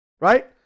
right